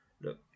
Look